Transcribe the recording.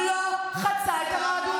זה לא חצה את המהדורות.